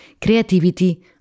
creativity